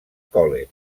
college